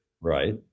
Right